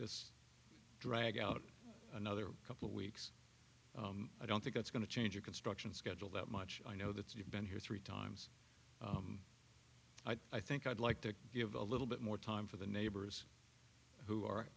this drag out another couple of weeks i don't think that's going to change a construction schedule that much i know that you've been here three times i think i'd like to give a little bit more time for the neighbors who are